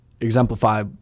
exemplify